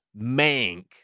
Mank